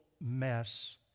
mess